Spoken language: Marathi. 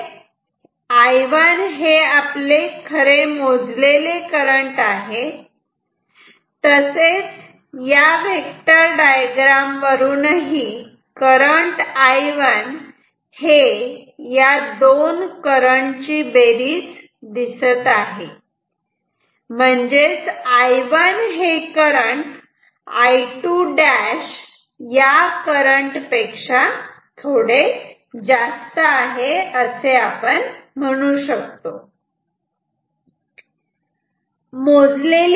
जिथे I1 हे खरे मोजलेले करंट आहे तसेच या वेक्टर डायग्राम वरूनही करंट I1 हे या दोन करंट ची बेरीज आहे असे दिसते म्हणजेच I1 हे करंट I2' या करंट पेक्षा थोडे जास्त आहे